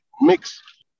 Mix